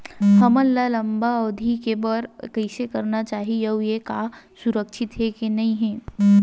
हमन ला लंबा अवधि के बर कइसे करना चाही अउ ये हा सुरक्षित हे के नई हे?